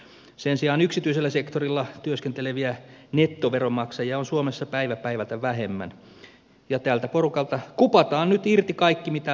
sen sijaan yksityisellä sektorilla työskenteleviä nettoveronmaksajia on suomessa päivä päivältä vähemmän ja tältä porukalta kupataan nyt irti kaikki mitä lähtee